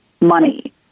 money